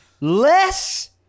Less